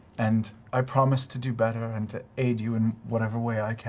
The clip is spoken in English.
and i promise to do better and to aid you in whatever way i